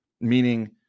Meaning